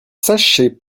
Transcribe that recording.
sachets